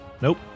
Nope